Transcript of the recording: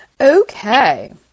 Okay